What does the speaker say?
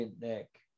Nick